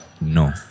no